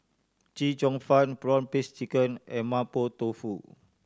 Chee Cheong Fun prawn paste chicken and Mapo Tofu